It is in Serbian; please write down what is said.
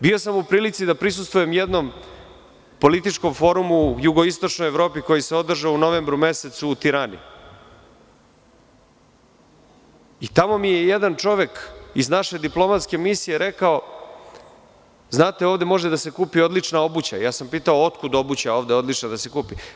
Bio sam u prilici da prisustvujem jednom političkom forumu u jugoistočnoj Evropi koji se održao u novembru mesecu u Tirani i tamo mi je jedan čovek iz naše diplomatske misije rekao – znate, ovde može da se kupi odlična obuća; pitao sam – otkud odlična obuća ovde da se kupi?